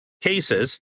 cases